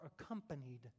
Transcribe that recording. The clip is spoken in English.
accompanied